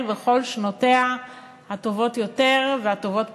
בכל שנותיה הטובות יותר והטובות פחות,